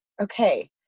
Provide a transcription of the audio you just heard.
okay